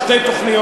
או שתי תוכניות,